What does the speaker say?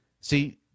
see